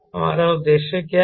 हमारा उद्देश्य क्या है